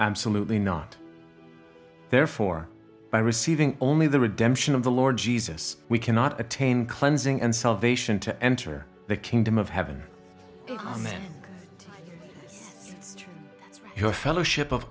absolutely not therefore by receiving only the redemption of the lord jesus we cannot attain cleansing and salvation to enter the kingdom of heaven comment your fellowship of